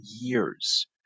years